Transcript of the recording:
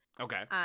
Okay